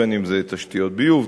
בין שזה תשתיות ביוב,